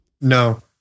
No